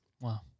Wow